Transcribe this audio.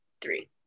Three